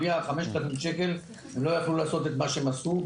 בלי ה-5000 שקל הם לא יכלו לעשות את מה שהם עשו.